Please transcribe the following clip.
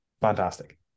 fantastic